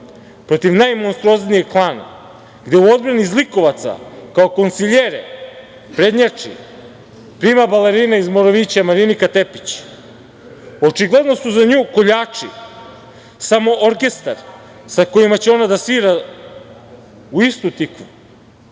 protiv najmonstruoznijeg klana, gde u odbrani zlikovaca kao konsiljere prednjači prima balerina iz Morovića Marinika Tepić. Očigledno su za nju koljači samo orkestar sa kojima će ona da svira u istu tikvu